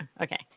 Okay